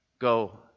Go